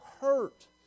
hurt